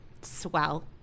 Swell